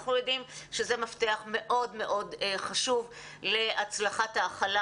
אנחנו יודעים שזה מפתח מאוד מאוד חשוב להצלחת ההכלה